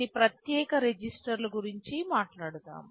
కొన్ని ప్రత్యేక రిజిస్టర్లు గురించి మాట్లాడుదాం